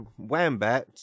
WAMBAT